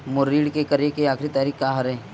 मोर ऋण के करे के आखिरी तारीक का हरे?